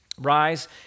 Rise